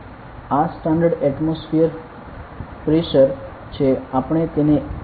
આ standard atmosphere pressure છે